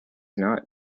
not